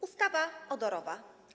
Ustawa odorowa.